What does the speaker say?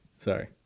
Sorry